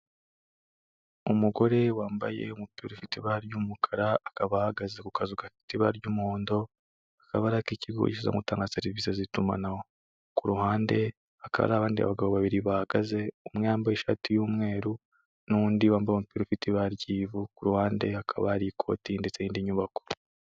Umugore wambaye umupira ufite ibara ry'umukara akaba ahagaze ku kazu gafite ibara ry'umuhondo, akaba ari ak'ikigo gishinzwe gutanga serivisi z'itumanaho, ku ruhande hakaba hari abandi bagabo babiri bahagaze umwe yambaye ishati y'umweru n'undi wamaye umupira ufite ibara ry'ivu, ku ruhande hakaba hari ikoti ndetse n'indi nyubako.